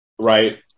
right